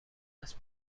است